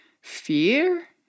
fear